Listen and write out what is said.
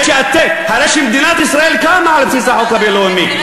הרי מדינת ישראל קמה על בסיס החוק הבין-לאומי.